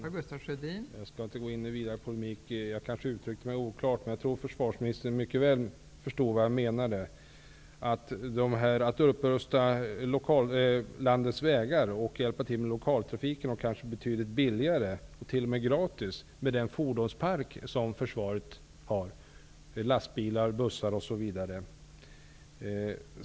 Fru talman! Jag skall inte gå in i vidare polemik. Jag kanske uttryckte mig oklart, men jag tror att försvarsministern mycket väl förstod vad jag menade när jag talade om möjligheten att rusta upp landets vägar och att hjälpa till med lokaltrafiken, samt att göra det betydligt billigare och kanske t.o.m. gratis med den fordonspark av lastbilar och bussar etc. som försvaret har.